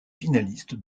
finaliste